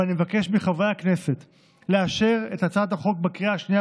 ואני מבקש מחברי הכנסת לאשר את הצעת החוק בקריאה השנייה